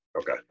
Okay